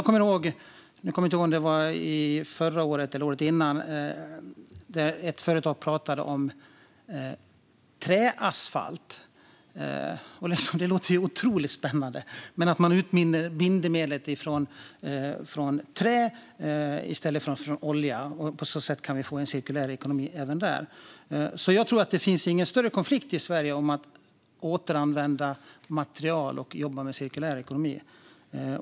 Förra eller förrförra året pratade ett företag om träasfalt, och det lät otroligt spännande. Man utvinner alltså bindemedlet från trä i stället för olja. På så sätt får vi en cirkulär ekonomi även där. Det finns ingen större konflikt i Sverige vad gäller att återanvända material och jobba med cirkulär ekonomi.